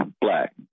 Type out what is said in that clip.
Black